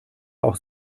auch